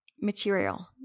material